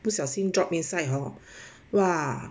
不小心 drop inside hor !wah!